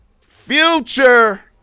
Future